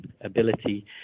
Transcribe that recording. ability